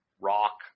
rock